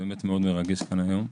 באמת מאוד מרגש כאן היום.